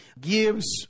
gives